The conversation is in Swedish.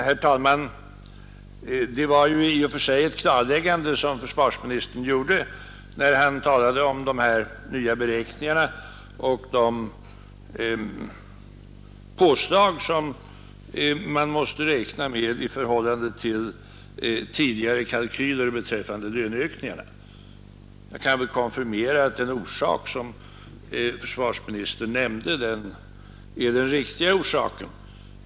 Herr talman! Det var i och för sig ett klarläggande som försvarsministern gjorde då han talade om de nya beräkningarna och de påslag som man måste räkna med i förhållande till tidigare kalkyler beträffande löneökningarna. Jag kan konfirmera att den orsak som försvarsministern nämnde är den riktiga orsaken.